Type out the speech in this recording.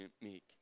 meek